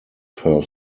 per